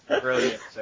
Brilliant